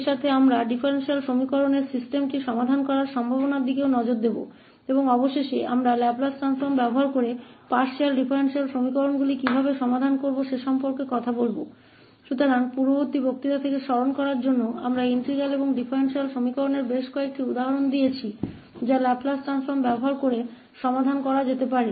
और साथ ही हम डिफरेंशियल एक्वेशन्स की प्रणाली को हल करने की संभावना पर भी गौर करेंगे और अंत में हम बात करेंगे कि लाप्लास ट्रांसफॉर्म का उपयोग करके पार्शियल डिफरेंशियल एक्वेशन्स को कैसे हल किया जाए तो पिछले व्याख्यान से याद करने के लिए हम इंटीग्रल और डिफरेंशियल एक्वेशन्स के कई उदाहरणों से गुजरे हैं जिन्हें लैपलेस ट्रांसफॉर्म का उपयोग करके हल किया जा सकता है